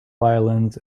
violins